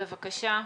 בבקשה.